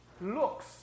looks